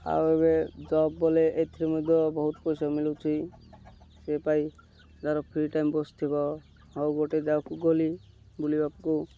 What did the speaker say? ଆଉ ଏବେ ଜବ୍ ବୋଲେ ଏଥିରେ ମଧ୍ୟ ବହୁତ ପଇସା ମଳୁଛି ସେପାଇଁ ତାର ଫ୍ରି ଟାଇମ୍ ବସିଥିବ ଆଉ ଗୋଟେ ଜେଗାକୁ ଗଲି ବୁଲିବାକୁ